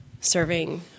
serving